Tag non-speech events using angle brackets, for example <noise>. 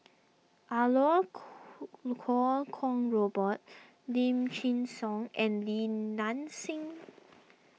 are Lau <noise> Lu Kuo Kwong Robert Lim Chin Siong and Li Nanxing